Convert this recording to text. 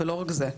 לא רק זה,